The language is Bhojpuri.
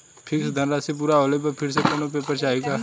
फिक्स धनराशी पूरा होले पर फिर से कौनो पेपर चाही का?